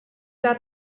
got